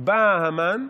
בא המן,